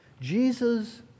Jesus